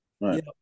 Right